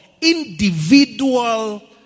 individual